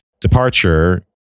departure